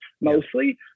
mostly